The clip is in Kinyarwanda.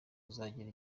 kuzagera